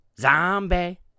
zombie